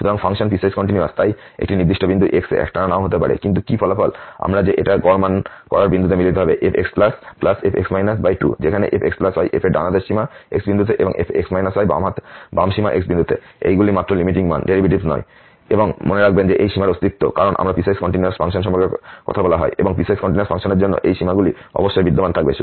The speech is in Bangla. সুতরাং ফাংশন পিসওয়াইস কন্টিনিউয়াস তাই একটি নির্দিষ্ট বিন্দু x এ একটানা নাও হতে পারে কিন্তু কি ফল আমরা যে এটা এই গড় মান করার বিন্দুতে মিলিত হবে fxfx 2 যেখানে fx হয় f এর ডান সীমা x বিন্দুতে এবং f বাম সীমাx বিন্দুতে এইগুলি মাত্র লিমিটিং মান ডেরিভেটিভ নয় এবং মনে রাখবেন যে এই সীমার অস্তিত্ব কারণ আমরা পিসওয়াইস কন্টিনিউয়াস ফাংশন সম্পর্কে কথা বলা হয় এবং পিসওয়াইস কন্টিনিউয়াস ফাংশনের জন্য এই সীমাগুলি অবশ্যই বিদ্যমান থাকবে